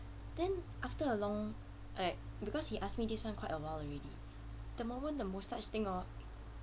then after a long like because he asked me this [one] quite a while already the moment the moustache thing hor